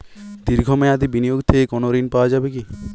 দীর্ঘ মেয়াদি বিনিয়োগ থেকে কোনো ঋন পাওয়া যাবে কী?